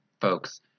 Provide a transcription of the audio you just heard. folks